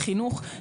לחינוך,